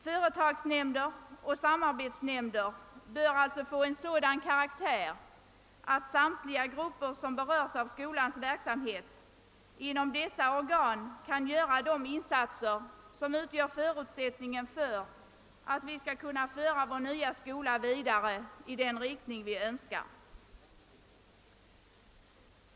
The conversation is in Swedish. Företagsnämnder och samarbetsnämnder bör alltså få en sådan karaktär att samtliga grupper som berörs av skolans verksamhet inom dessa organ kan göra de insatser, som utgör förutsättningen för att vi skall kunna föra vår nya skola vidare i den riktning vi önskar.